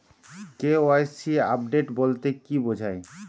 KYC update বলতে কি বোঝায়?